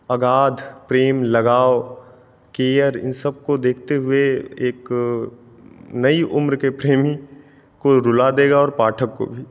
अगाध प्रेम लगाव केयर इन सबको देखते हुए एक नई उम्र के प्रेमी को रुला देगा और पाठक को भी